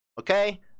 okay